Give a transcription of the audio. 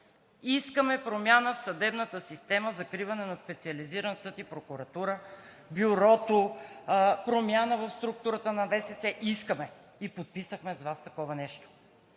искаме промяна в съдебната система, закриване на Специализиран съд и прокуратура, Бюрото, промяна в структурата на ВСС. Искаме и подписахме с Вас такова нещо.